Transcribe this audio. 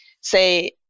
say